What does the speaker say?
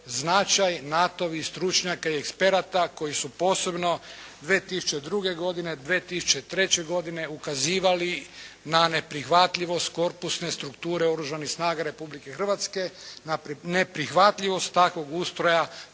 značaj NATO-ovih stručnjaka i eksperata koji su posebno 2002. godine, 2003. godine ukazivali na neprihvatljivost korpusne strukture Oružanih snaga Republike Hrvatske, neprihvatljivost takvog ustroja